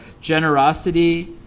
generosity